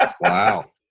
Wow